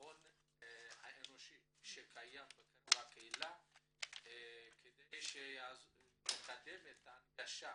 ההון האנושי שקיים בקהילה כדי לקדם את ההנגשה